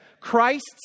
Christ's